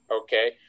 okay